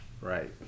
Right